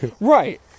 Right